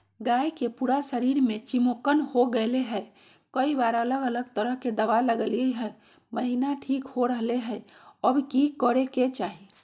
गाय के पूरा शरीर में चिमोकन हो गेलै है, कई बार अलग अलग तरह के दवा ल्गैलिए है महिना ठीक हो रहले है, अब की करे के चाही?